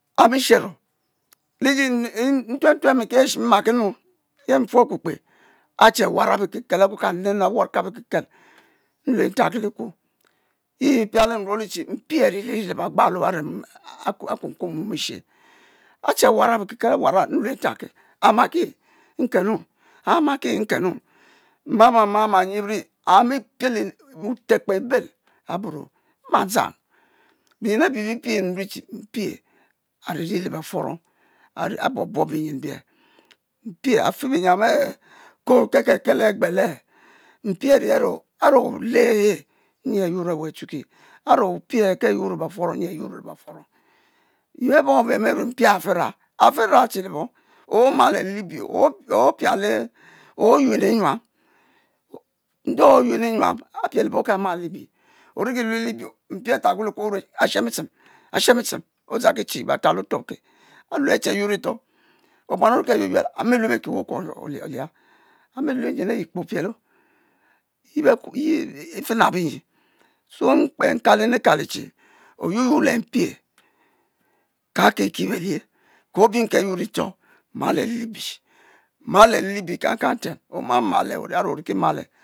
Ami'shero le nyenu n'tuen-tuen mi'hesh mmaki nnu, le’ nfu akpr-kpe a'tche wara be'kekel a’ go’ ka nne'nu a'war'ka be'ke'kel n'lue ntap-ke le’ e'kuo e’ he e’ pia'le n'ruo'le tche mpir a'ri'ri lr’ be'gbulo a're a’ kukuo mom e'she a'tche wara be'ke'kel, a'wara n'lue ntap'ke a'ma'ki nkenu’ amaki n'kenu mna’ ma’ ma’ a'ma nyibù a'mi piel n'tekpe e'bel a'bu'ro, mma dzang be'nyen a'bi be’ pie n'ruo tche mpie a'ri'ri le, be'fuorong a'buo-buob be nyen bie, mpie a'fe be-nyuam eh ko'oi ke'ke'ke e'he gbe'le mpie a'ri o'le e'he, nyi a'yuor e'we a'chuki, a're o'pie e'he ke’ a'yuor le be'fuorong nyi a'your e'we a'chuki, ye bom e'’ be'be'me be'rue tche mpie e'ha a'fe ra, a'fe ra tche le'bong? o’ ma le’ libie, o'riki lue libie mpie a'tap kwe le ekuo o'rue, a'she bi tchem a'shen bi tchem o’ dzang kii chi batal otuop'ke, a’ lue a’ tche yuor le’ litch, o'buan o'ri ke ehe yueyuef a’ mi lue be'ki wukuo olia a'mi lue nyen a'yi kpe o'pielo yi yi e'fe nano nyi, si mkpe n'kalinu kalo tche o'yu yuor le mpie, ka'ki kie belie o ke o'biem ke’ a’ yu’ ro le e'toh ma’ le’ le’ libie ma a’ le'le'libo kan'kan nten, o’ ma’ ma” le a're o'riku ma'le